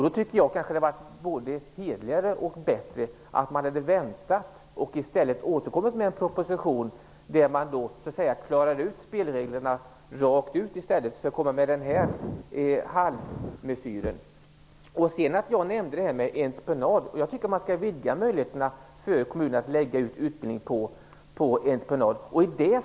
Jag tycker att det kanske hade varit både hederligare och bättre om man hade väntat och i stället återkommit med en proposition där man hade klarat ut spelreglerna i stället för att komma med den här halvmesyren. Jag nämnde entreprenad. Jag tycker att man skall vidga möjligheterna för kommunerna att lägga ut utbildning på entreprenad.